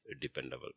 dependable